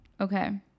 okay